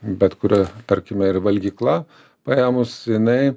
bet kuri tarkime ir valgykla paėmus jinai